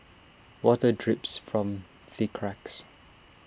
water drips from the cracks